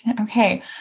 Okay